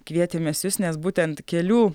kvietėmės jus nes būtent kelių